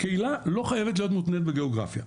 קהילה לא חייבת להיות מותנית בגיאוגרפיה.